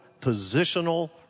positional